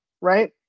right